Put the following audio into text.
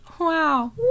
Wow